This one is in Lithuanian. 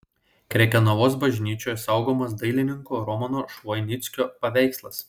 krekenavos bažnyčioje saugomas dailininko romano švoinickio paveikslas